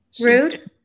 rude